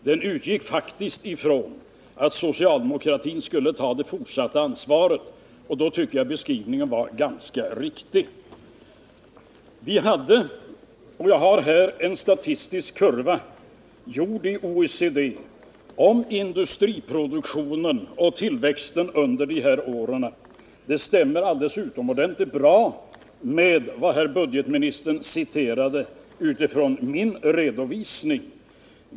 Jag utgick faktiskt från att socialdemokratin skulle ta det fortsatta ansvaret, och då tycker jag att beskrivningen var ganska riktig. Jag har här en statistisk kurva, gjord i OECD, om industriproduktionen och tillväxten under de här åren. Den stämmer alldeles utomordentligt bra med vad herr budgetministern citerade från min redovisning.